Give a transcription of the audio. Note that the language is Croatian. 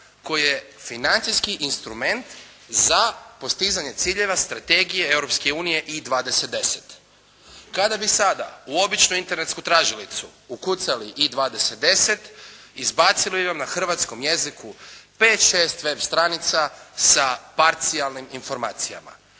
koji je financijski instrument za postizanje ciljeva strategije Europske unije i 20 10. Kada bi sada u običnu internetsku tražilicu ukucali i 20 10, izbacili bi vam na hrvatskom jeziku pet, šest web stranica sa parcijalnim informacijama,